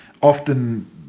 often